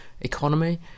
economy